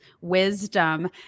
wisdom